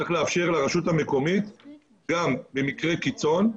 צריך לאפשר לרשות המקומית במקרה קיצון,